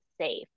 safe